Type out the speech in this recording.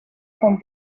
con